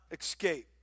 escape